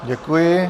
Děkuji.